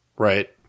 Right